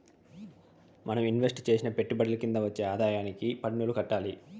మనం ఇన్వెస్టు చేసిన పెట్టుబడుల కింద వచ్చే ఆదాయానికి పన్నులు కట్టాలి